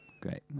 great